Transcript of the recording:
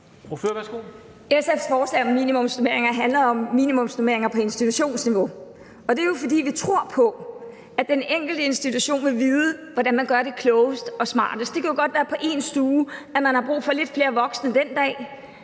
SF's forslag om minimumsnormeringer handler om minimumsnormeringer på institutionsniveau. Det er jo, fordi vi tror på, at den enkelte institution vil vide, hvordan man gør det klogest og smartest. Det kan jo godt være, at man på en stue har brug for lidt flere voksne den ene